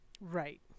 Right